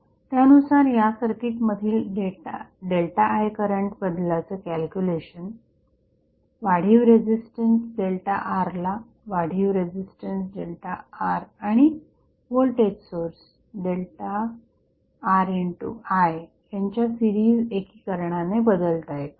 त्यानुसार या सर्किट मधीलΔI करंट बदलाचे कॅल्क्युलेशन वाढीव रेझिस्टन्सΔR ला वाढीव रेझिस्टन्स ΔR आणि व्होल्टेज सोर्स IΔR यांच्या सिरीज एकीकरणाने बदलता येते